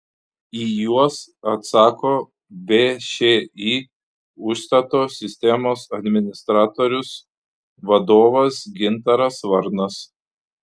į juos atsako všį užstato sistemos administratorius vadovas gintaras varnas